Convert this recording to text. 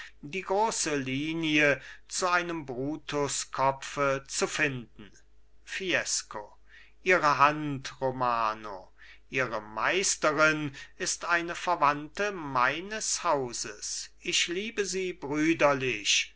die große linie zu einem brutuskopfe zu finden fiesco ihre hand romano ihre meisterin ist eine verwandte meines hauses ich liebe sie brüderlich